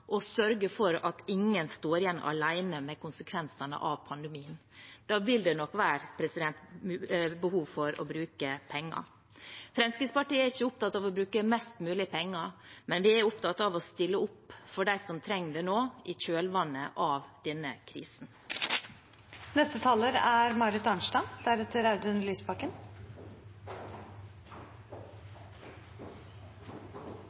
sørge for at ingen står igjen alene med konsekvensene av pandemien. Da vil det nok være behov for å bruke penger. Fremskrittspartiet er ikke opptatt av å bruke mest mulig penger, men vi er opptatt av å stille opp for dem som trenger det nå, i kjølvannet av denne krisen. Koronakommisjonens klareste konklusjon er